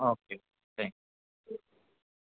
okay thank you